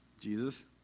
Jesus